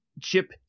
Chip